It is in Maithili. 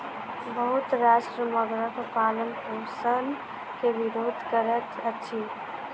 बहुत राष्ट्र मगरक पालनपोषण के विरोध करैत अछि